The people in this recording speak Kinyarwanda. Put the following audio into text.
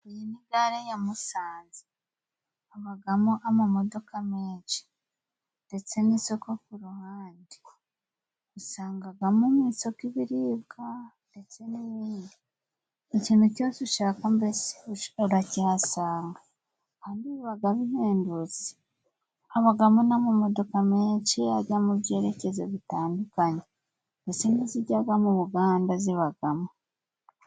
Iyi ni gare ya Musanze. Habaga mo amamodoka menshi. Ndetse n'isoko ku ruhande. Usangaga mu isoko ibiribwa, ndetse n'ibindi. Ikintu cyose ushaka mbese urakihasanga. Kandi bibaga bihendutse. habaga mo n'amamodoka menshi, ajya mu byerekezo bitandukanye. Ndetse n'izijyaga mu Buganda zibaga mo.